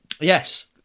Yes